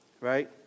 right